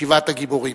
שבעת הגיבורים.